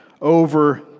over